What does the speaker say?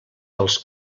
dels